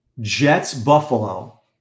Jets-Buffalo